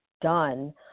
done